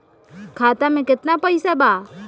खाता में केतना पइसा बा?